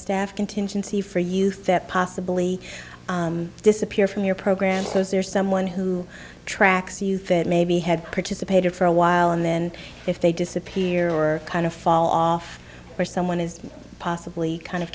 staff contingency for youth that possibly disappear from your program so there's someone who tracks youth that maybe had participated for a while and then if they disappear or kind of fall off or someone is possibly kind of